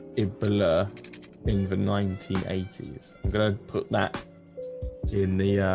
ebola in the nineteen eighty s. i'm gonna put that in the